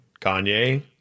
Kanye